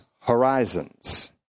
horizons